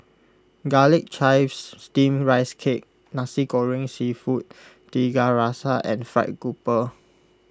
Garlic Chives Steamed Rice Cake Nasi Goreng Seafood Tiga Rasa and Fried Grouper